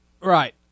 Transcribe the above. Right